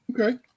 Okay